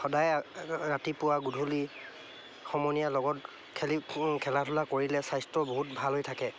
সদায় ৰাতিপুৱা গধূলি সমনীয়াৰ লগত খেলি খেলা ধূলা কৰিলে স্বাস্থ্য বহুত ভাল হৈ থাকে